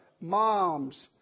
moms